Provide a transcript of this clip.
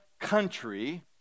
country